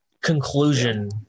conclusion